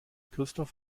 christoph